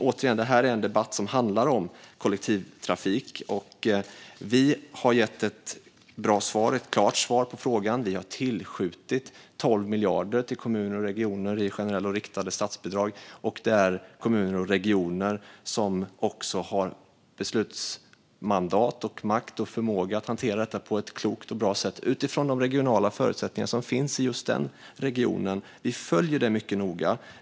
Återigen: Detta är en debatt som handlar om kollektivtrafik. Vi har gett ett bra och klart svar på frågan, nämligen att vi har tillskjutit 12 miljarder till kommuner och regioner i generella och riktade statsbidrag. Det är kommuner och regioner som har beslutsmandat, makt och förmåga att hantera detta på ett klokt och bra sätt utifrån de regionala förutsättningar som finns i just den regionen. Vi följer detta mycket noga.